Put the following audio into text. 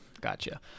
gotcha